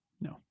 no